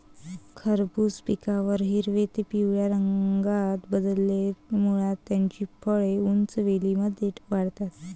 खरबूज पिकल्यावर हिरव्या ते पिवळ्या रंगात बदलते, मुळात त्याची फळे उंच वेलींमध्ये वाढतात